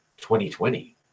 2020